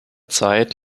zeit